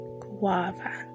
guava